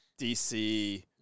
DC